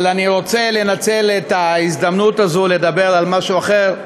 אבל אני רוצה לנצל את ההזדמנות הזאת לדבר על משהו אחר.